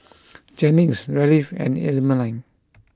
Jennings Raleigh and Emaline